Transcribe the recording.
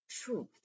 truth